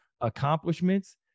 accomplishments